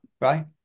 Right